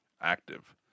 active